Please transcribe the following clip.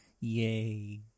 Yay